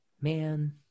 Man